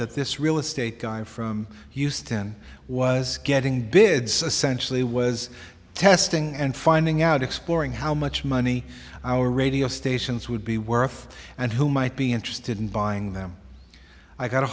that this real estate guy from houston was getting bid sensually was testing and finding out exploring how much money our radio stations would be worth and who might be interested in buying them i got a